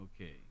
Okay